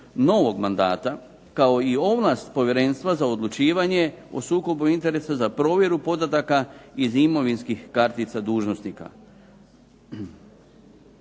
novog mandata, kao i ovlast Povjerenstva za odlučivanje o sukobu interesa za provjeru podataka iz imovinskih kartica dužnosnika.